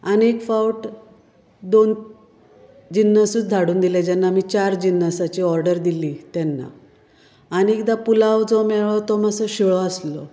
आनी एक फावट दोन जिन्नसूच धाडून दिले जेन्ना आमी चार जिन्नसाची ऑर्डर दिल्ली तेन्ना आनी एकदां पुलाव जो मेळो तो मात्सो शिळो आशिल्लो